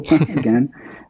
again